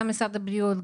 גם משרד הבריאות,